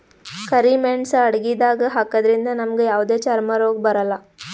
ಕರಿ ಮೇಣ್ಸ್ ಅಡಗಿದಾಗ್ ಹಾಕದ್ರಿಂದ್ ನಮ್ಗ್ ಯಾವದೇ ಚರ್ಮ್ ರೋಗ್ ಬರಲ್ಲಾ